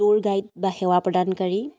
টোৰ গাইড বা সেৱা প্ৰদানকাৰী